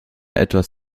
etwas